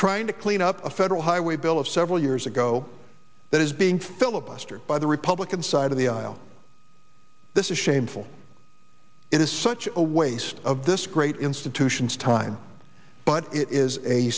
trying to clean up a federal highway bill of several years ago that is being filibuster by the republican side of the aisle this is shameful it is such a waste of this great institutions time but it is a